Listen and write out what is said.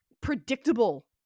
predictable